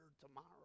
tomorrow